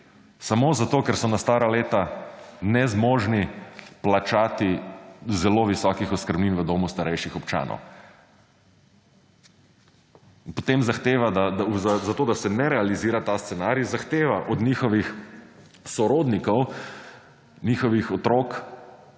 samo zato, ker so na stara leta nezmožni plačati zelo visokih oskrbnin v domu starejših občanov. In potem zahteva, da zato, da se ne realizira ta scenarij, zahteva od njihovih sorodnikov, njihovih otrok,